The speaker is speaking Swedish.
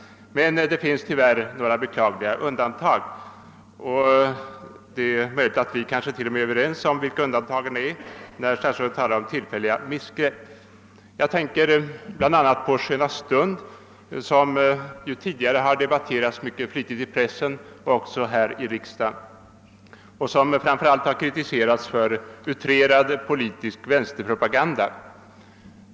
Det finns emellertid vissa beklagliga undantag. Det är möjligt att vi kanske t.o.m. är överens om vilka dessa undantag är. Statsrådet talade ju om tillfälliga missgrepp i detta sammanhang. Jag syftar bl.a. på Sköna stund, sonr tidigare debatterats mycket flitigt i pressen och även här i riksdagen. Utställningen har framför allt kritiserats för utrerad politisk vänsterpropaganda.